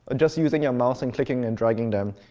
just using your mouse and clicking and dragging them.